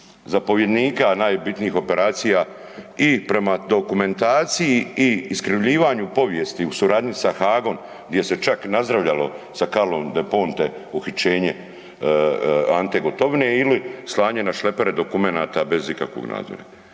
zapovjednika najbitnijih operacija i prema dokumentaciji i iskrivljivanju povijesti u suradnji sa Hagom gdje se čak i nazdravljalo sa Carlom Del Ponte uhićenje Ante Gotovine ili slanje na šlepere dokumenata bez ikakvog nadzora.